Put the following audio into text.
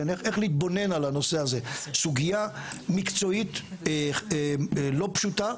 איך להתבונן על הנושא הזה סוגיה מקצועית לא פשוטה,